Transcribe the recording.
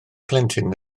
blentyn